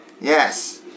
Yes